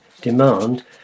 demand